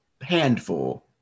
handful